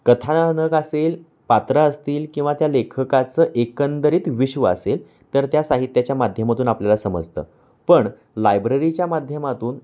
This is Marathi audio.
कथानक असेल पात्र असतील किंवा त्या लेखकाचं एकंदरीत विश्व असेल तर त्या साहित्याच्या माध्यमातून आपल्याला समजतं पण लायब्ररीच्या माध्यमातून